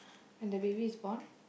when the baby is born